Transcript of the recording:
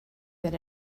that